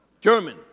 German